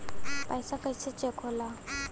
पैसा कइसे चेक होला?